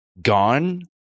gone